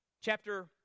Chapter